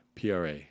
PRA